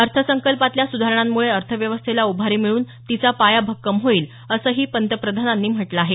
अर्थसंकल्पातल्या सुधारणांमुळे अर्थव्यवस्थेला उभारी मिळून तिचा पाया भक्कम होईल असंही पंतप्रधानांनी म्हटलं आहे